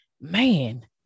man